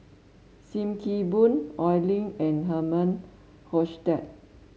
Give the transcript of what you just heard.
Sim Kee Boon Oi Lin and Herman Hochstadt